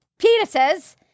penises